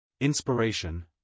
Inspiration